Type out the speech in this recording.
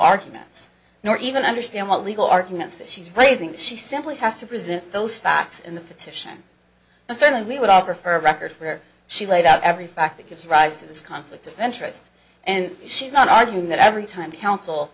arguments nor even understand what legal arguments that she's raising she simply has to present those facts in the petition and certainly we would offer her a record where she laid out every fact that gives rise to this conflict of interest and she's not arguing that every time the counsel